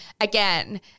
again